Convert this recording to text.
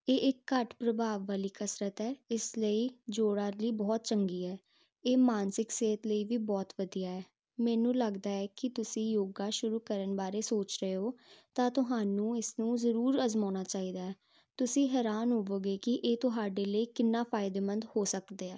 ਇਹ ਇੱਕ ਘੱਟ ਪ੍ਰਭਾਵ ਵਾਲੀ ਕਸਰਤ ਹੈ ਇਸ ਲਈ ਜੋੜਾਂ ਲਈ ਬਹੁਤ ਚੰਗੀ ਹੈ ਇਹ ਮਾਨਸਿਕ ਸਿਹਤ ਲਈ ਵੀ ਬਹੁਤ ਵਧੀਆ ਹੈ ਮੈਨੂੰ ਲੱਗਦਾ ਹੈ ਕਿ ਤੁਸੀਂ ਯੋਗਾ ਸ਼ੁਰੂ ਕਰਨ ਬਾਰੇ ਸੋਚ ਰਹੇ ਹੋ ਤਾਂ ਤੁਹਾਨੂੰ ਇਸ ਨੂੰ ਜ਼ਰੂਰ ਅਜਮਾਉਣਾ ਚਾਹੀਦਾ ਤੁਸੀਂ ਹੈਰਾਨ ਹੋਵੋਗੇ ਕਿ ਇਹ ਤੁਹਾਡੇ ਲਈ ਕਿੰਨਾ ਫਾਇਦੇਮੰਦ ਹੋ ਸਕਦਾ ਹੈ